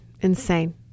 insane